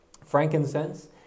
Frankincense